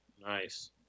Nice